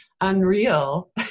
unreal